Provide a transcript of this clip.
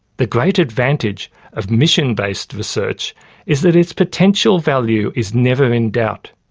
the great advantage of mission-based research is that its potential value is never in doubt.